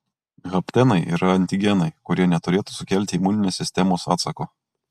haptenai yra antigenai kurie neturėtų sukelti imuninės sistemos atsako